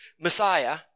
Messiah